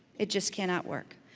it just cannot work.